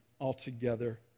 altogether